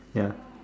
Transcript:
ya